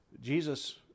Jesus